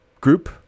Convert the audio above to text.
group